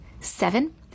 seven